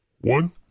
One